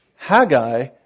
Haggai